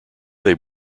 they